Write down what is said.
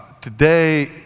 today